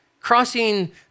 crossing